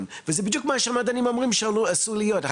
וזה בדיוק מה שהמדענים אומרים שעשוי להיות.